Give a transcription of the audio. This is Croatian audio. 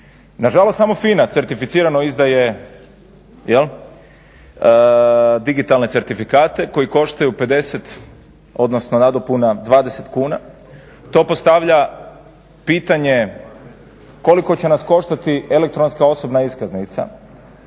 Nažalost, samo FINA certificirano izdaje digitalne certifikate koji koštaju 50 odnosno nadopuna 20 kuna. To postavlja pitanje koliko će nas koštati elektronska osobna iskaznica